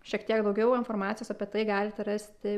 šiek tiek daugiau informacijos apie tai galite rasti